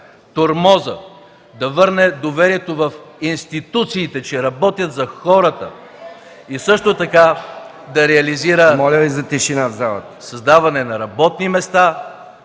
тормоза, да върне доверието в институциите, че работят за хората и също така да реализира (реплики от ГЕРБ) създаване на работни места,